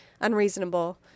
unreasonable